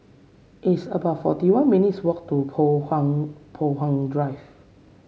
it's about forty one minutes' walk to Poh Huat Poh Huat Drive